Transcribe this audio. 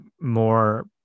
more